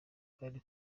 kandi